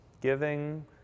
giving